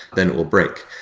then will break.